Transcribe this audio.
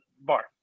Bar